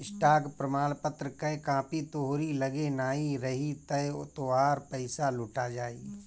stock प्रमाणपत्र कअ copy तोहरी लगे नाही रही तअ तोहार पईसा लुटा जाई